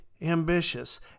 ambitious